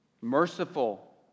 Merciful